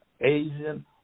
Asian